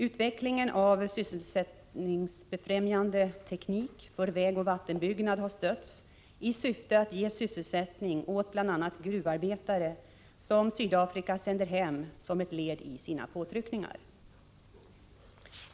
Utveckling av sysselsättningsfrämjande teknik för vägoch vattenbyggnad har stötts i syfte att ge sysselsättning åt bl.a. gruvarbetare som Sydafrika sänder hem som ett led i sina påtryckningar.